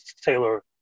taylor